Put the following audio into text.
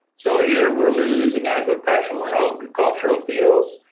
so here we're losing agricultural agricultural fields,